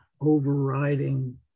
overriding